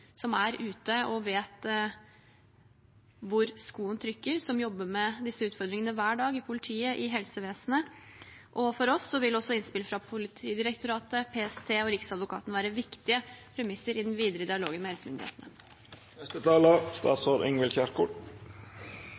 som er ute og vet hvor skoen trykker, og som jobber med disse utfordringene hver dag, i politiet og i helsevesenet. For oss vil også innspill fra Politidirektoratet, PST og Riksadvokaten være viktige premisser i den videre dialogen med